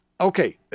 Okay